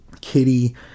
Kitty